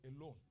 alone